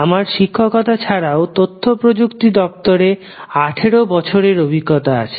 আমার শিক্ষকতা ছাড়াও তথ্যপ্রযুক্তি দপ্তরে 18 বছরের অভিজ্ঞতা আছে